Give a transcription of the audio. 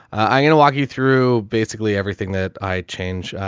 i'm gonna walk you through basically everything that i change, ah,